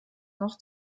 noch